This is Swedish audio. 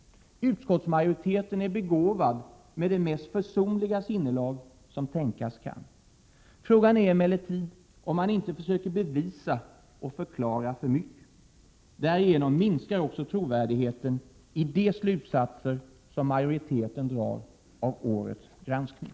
Utskottsmajoriteten är begåvad med det mest försonliga sinnelag som tänkas kan. Frågan är emellertid om man inte försöker bevisa och förklara för mycket. Därigenom minskar också trovärdigheten i de slutsatser som majoriteten drar av årets granskning.